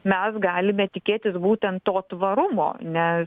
mes galime tikėtis būtent to tvarumo ne